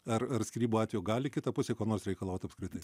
ar ar skyrybų atveju gali kita pusė ko nors reikalaut apskritai